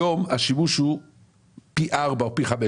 היום השימוש הוא פי ארבע או פי חמש